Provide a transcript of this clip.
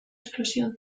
explosión